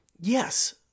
Yes